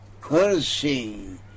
cursing